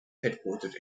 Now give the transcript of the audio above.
headquartered